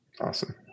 Awesome